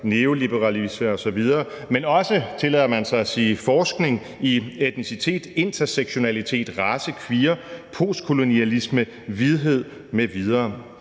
neoliberalisme osv., men også – tillader man sig at sige – forskning i etnicitet, intersektionalitet, race-queer, postkolonialisme, hvidhed m.v.